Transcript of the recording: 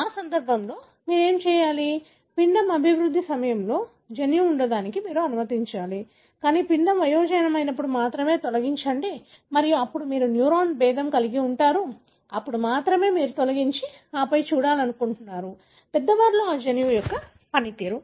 ఆ సందర్భంలో మీరు ఏమి చేయాలి పిండం అభివృద్ధి సమయంలో జన్యువు ఉండటానికి మీరు అనుమతించాలి కానీ పిండం వయోజనమైనప్పుడు మాత్రమే తొలగించండి మరియు అప్పుడు మీరు న్యూరాన్ భేదం కలిగి ఉంటారు అప్పుడు మాత్రమే మీరు తొలగించి ఆపై చూడాలనుకుంటున్నారు పెద్దవారిలో ఆ జన్యువు యొక్క పనితీరు